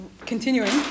continuing